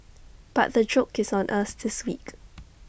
but the joke is on us this week